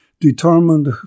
determined